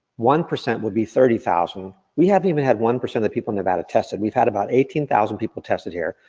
one percent would be thirty thousand. we haven't even had one percent of the people in nevada tested, we've had about eighteen thousand people tested here.